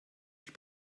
ich